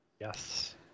Yes